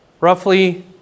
Roughly